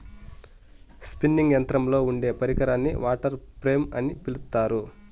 spinning యంత్రంలో ఉండే పరికరాన్ని వాటర్ ఫ్రేమ్ అని పిలుత్తారు